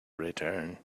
return